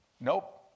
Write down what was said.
Nope